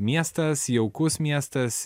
miestas jaukus miestas